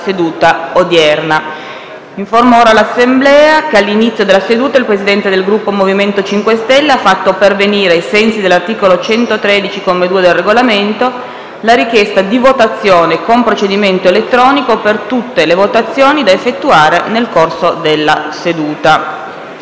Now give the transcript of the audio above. nuova finestra"). Informo l'Assemblea che all'inizio della seduta il Presidente del Gruppo MoVimento 5 Stelle ha fatto pervenire, ai sensi dell'articolo 113, comma 2, del Regolamento, la richiesta di votazione con procedimento elettronico per tutte le votazioni da effettuare nel corso della seduta.